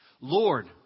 Lord